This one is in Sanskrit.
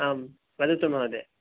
आं वदतु महोदय